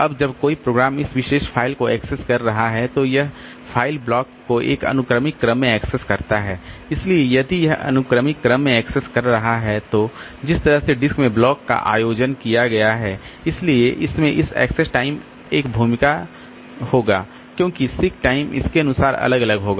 अब जब कोई प्रोग्राम इस विशेष फ़ाइल को एक्सेस कर रहा है तो यह फ़ाइल ब्लॉक को एक अनुक्रमिक क्रम में एक्सेस करता है इसलिए यदि यह अनुक्रमिक क्रम में एक्सेस कर रहा है तो जिस तरह से डिस्क में ब्लॉक का आयोजन किया गया है इसलिए इसमें इस एक्सेस टाइम एक भूमिका होग क्योंकि सीक टाइम इसके अनुसार अलग अलग होगा